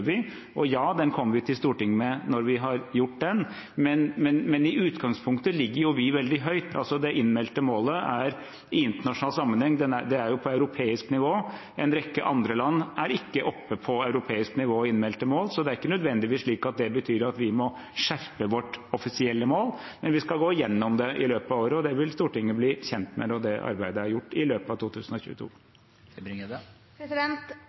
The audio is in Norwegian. vi, og ja, den kommer vi til Stortinget med når vi har gjort den. Men i utgangspunktet ligger jo vi veldig høyt, det innmeldte målet er i internasjonal sammenheng på europeisk nivå, og en rekke andre land er ikke oppe på europeisk nivå i innmeldte mål. Så det er ikke nødvendigvis slik at det betyr at vi må skjerpe vårt offisielle mål, men vi skal gå gjennom det i løpet av året, og det vil Stortinget bli kjent med når det arbeidet er gjort i løpet av 2022.